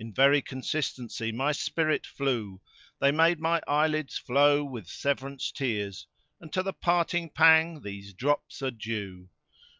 in very consistency my spirit flew they made my eyelids flow with severance tears and to the parting-pang these drops are due